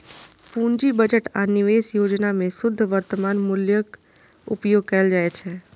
पूंजी बजट आ निवेश योजना मे शुद्ध वर्तमान मूल्यक उपयोग कैल जाइ छै